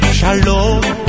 Shalom